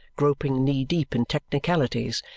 groping knee-deep in technicalities,